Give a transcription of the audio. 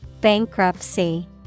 Bankruptcy